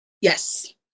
Yes